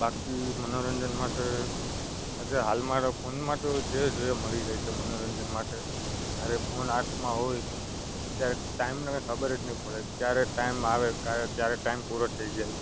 બાકી મનોરંજન માટે આજે હાલમાં તો ફોનમાં તો જે જોઈએ એ મળી જાય છે મનોરંજન માટે જ્યારે ફોન હાથમાં હોય ત્યારે ટાઈમની કાંઈ ખબર જ ન પડે ક્યારે ટાઈમ આવે ક્યારે ટાઈમ પૂરો થઈ જાય